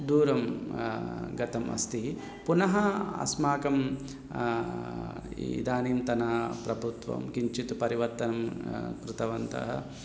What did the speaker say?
दूरं गतम् अस्ति पुनः अस्माकं इदानीन्तनं प्रभूत्वं किञ्चित् परिवर्तनं कृतवन्तः